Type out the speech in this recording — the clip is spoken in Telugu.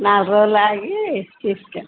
నాలుగు రోజులు ఆగి తీసుకెళ్